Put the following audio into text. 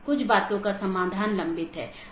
चौथा वैकल्पिक गैर संक्रमणीय विशेषता है